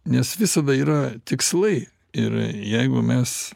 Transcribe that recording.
nes visada yra tikslai ir jeigu mes